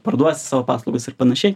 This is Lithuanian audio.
parduosi savo paslaugas ir panašiai